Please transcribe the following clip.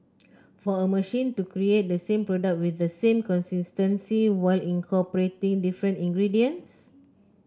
for a machine to create the same product with the same consistency while incorporating different ingredients